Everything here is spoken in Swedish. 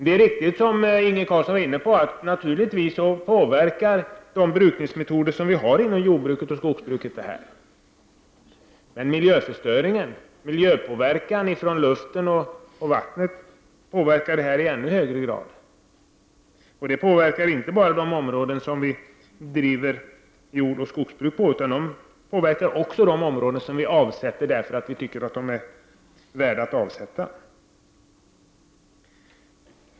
Det är, som Inge Carlsson sade, riktigt att detta naturligtvis påverkas av de brukningsmetoder vi har inom jordbruket och skogsbruket. Men miljöförstöring, föroreningar i luften och i vattnet, påverkar i ännu högre grad. Och miljöförstöring påverkar inte endast de områden där vi driver jordoch skogsbruk, utan även de områden som vi avsätter därför att vi anser dem vara värda att avsätta.